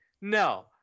No